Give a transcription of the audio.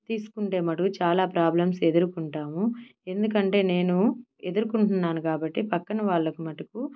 తీసుకుంటే మటుకు చాలా ప్రాబ్లమ్స్ ఎదుర్కొంటాము ఎందుకంటే నేను ఎదుర్కొంటున్నాను కాబట్టి పక్కన వాళ్ళకు మటుకు